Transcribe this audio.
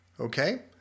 Okay